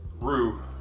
Rue